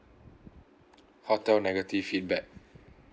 hotel negative feedback